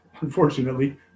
unfortunately